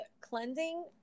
cleansing